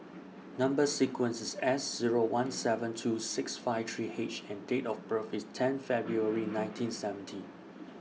Number sequence IS S Zero one seven two six five three H and Date of birth IS ten February nineteen seventy